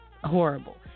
Horrible